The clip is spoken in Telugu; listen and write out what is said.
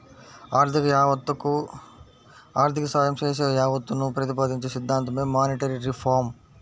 ఆర్థిక యావత్తకు ఆర్థిక సాయం చేసే యావత్తును ప్రతిపాదించే సిద్ధాంతమే మానిటరీ రిఫార్మ్